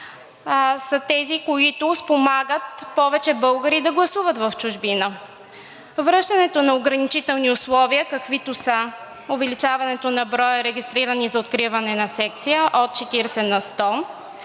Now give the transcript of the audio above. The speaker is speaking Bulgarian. са тези, които спомагат повече българи да гласуват в чужбина. Връщането на ограничителни условия, каквито са увеличаването на броя регистрирани за откриване на секция от 40 на 100